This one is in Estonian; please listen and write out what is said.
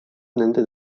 nende